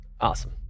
Awesome